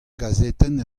gazetenn